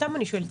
סתם אני שואלת.